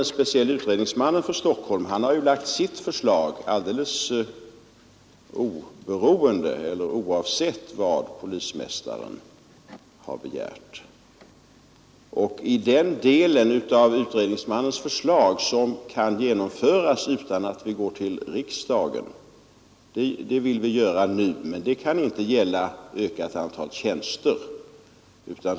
Den specielle utredningsmannen för Stockholm har framlagt sitt förslag alldeles oavsett vad polismästaren begärt. Den del av utredningsmannens förslag som kan genomföras utan att vi behöver gå till riksdagen vill vi klara nu, men detta kan inte gälla ett ökat antal tjänster.